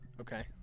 Okay